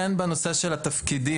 את ממשיכה לקבל שכר